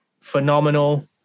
Phenomenal